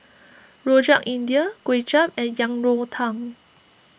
Rojak India Kuay Chap and Yang Rou Tang